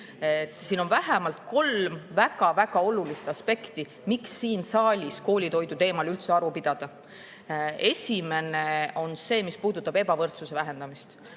On vähemalt kolm väga olulist aspekti, miks siin saalis koolitoidu teemal üldse aru pidada. Esimene on see, mis puudutab ebavõrdsuse vähendamist.